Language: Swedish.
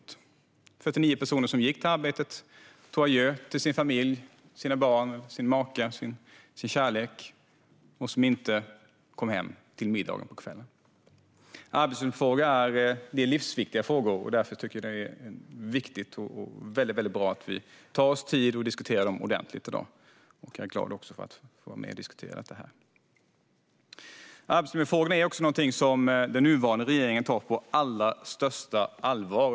Det var 49 personer som sa adjö till sin familj, sina barn, sin maka, sin kärlek, gick till arbetet och inte kom hem till middagen på kvällen. Arbetsmiljöfrågor är livsviktiga frågor, och därför tycker jag att det är viktigt och väldigt bra att vi tar oss tid att diskutera dem ordentligt i dag. Jag är glad att få vara med och diskutera. Arbetsmiljöfrågorna är också någonting som den nuvarande regeringen tar på allra största allvar.